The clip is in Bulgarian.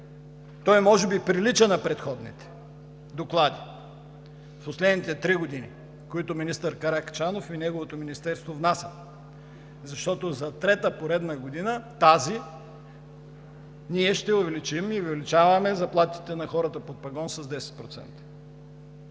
Той може би прилича на предходните доклади през последните три години, които министър Каракачанов и неговото министерство внасят, но за трета поредна година – тази, ние ще увеличим и увеличаваме заплатите на хората под пагон с 10%.